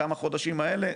בכמה החודשים האלה,